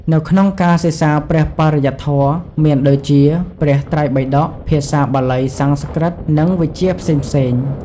នៅក្នុងការសិក្សាព្រះបរិយត្តិធម៌ មានដូចជា ព្រះត្រៃបិដក ភាសាបាលី-សំស្ក្រឹត និងវិជ្ជាផ្សេងៗ។